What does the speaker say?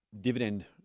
dividend